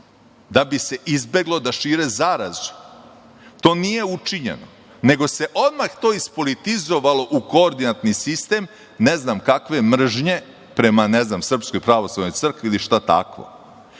da bi se izbeglo da šire zarazu. To nije učinjeno, nego se odmah to ispolitizovalo u koordinatni sistem, ne znam kakve, mržnje prema, ne znam, SPC ili nešto tako. Ako želite da